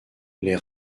les